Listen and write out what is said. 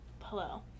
hello